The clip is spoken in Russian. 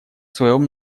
своем